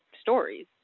stories